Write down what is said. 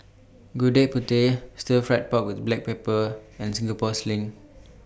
Gudeg Putih Stir Fried Pork with Black Pepper and Singapore Sling